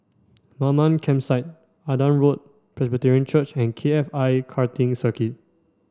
Mamam Campsite Adam Road Presbyterian Church and K F I Karting Circuit